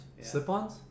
Slip-ons